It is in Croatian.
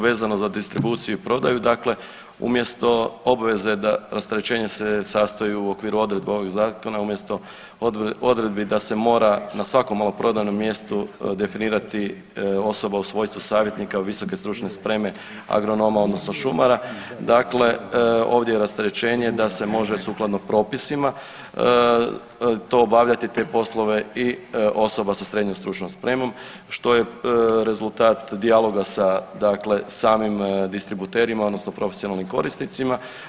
Vezano za distribuciju i prodaju dakle umjesto obveze, rasterećenje se sastoji u okviru odredbe ovoga Zakona umjesto odredbi da se mora na svakom maloprodajnom mjestu definirati osoba u svojstvu savjetnika visoke stručne spreme agronoma odnosno šumara dakle, ovdje je rasterećenje da se može sukladno propisima to obavljati te poslove i osoba sa srednjom stručnom spremom što je rezultat dijaloga sa dakle samim distributerima odnosno profesionalnim korisnicima.